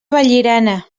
vallirana